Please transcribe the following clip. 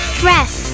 dress